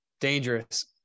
dangerous